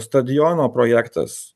stadiono projektas